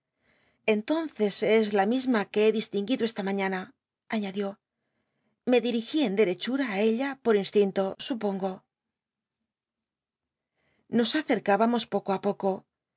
entonces es la misma que he distinguido e ta maiiana aiiadió me dirigí en derechura á ella por instinto supongo nos accrcübamos poco á poco